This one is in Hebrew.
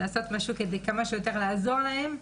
לעשות הכול כדי לעזור להן.